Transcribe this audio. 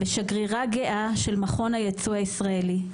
ושגרירה גאה של מכון הייצוא הישראלי.